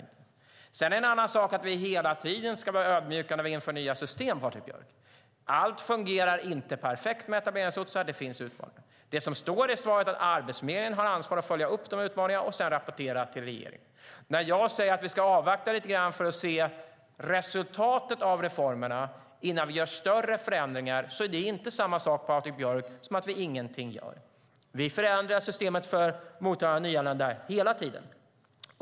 Sedan är det en annan sak, Patrik Björck, att vi hela tiden ska vara ödmjuka när vi inför nya system. Allt fungerar inte perfekt med etableringslotsar, och det finns utmaningar. Det står i svaret att Arbetsförmedlingen har ansvar för att följa upp dessa utmaningar och rapportera till regeringen. När jag säger att vi ska avvakta lite för att se resultatet av reformerna innan vi gör större förändringar är det inte samma sak, Patrik Björck, som att vi ingenting gör. Vi förändrar systemet för mottagande av nyanlända hela tiden.